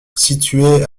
situé